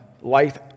life